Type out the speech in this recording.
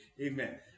Amen